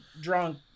drunk